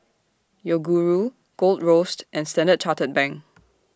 Yoguru Gold Roast and Standard Chartered Bank